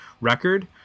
record